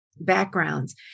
backgrounds